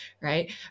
right